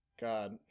God